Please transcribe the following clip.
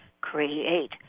create